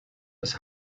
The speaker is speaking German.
das